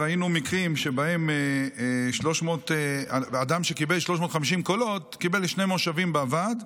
ראינו מקרים שבהם אדם שקיבל 350 קולות קיבל שני מושבים בוועד.